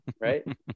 Right